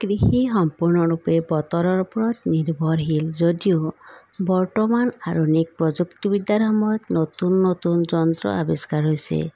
কৃষি সম্পূৰ্ণৰূপে বতৰৰ ওপৰত নিৰ্ভৰশীল যদিও বৰ্তমান অধুনিক প্ৰযুক্তিবিদ্যাৰ সময়ত নতুন নতুন যন্ত্ৰ আৱিষ্কাৰ হৈছে